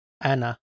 Anna